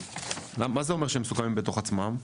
מה זה אומר שהם מסוכמים בתוך עצמם?